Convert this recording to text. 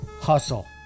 Hustle